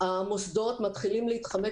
אנחנו מרגישים שהמוסדות מתחילים להתחמק